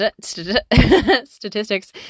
statistics